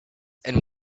and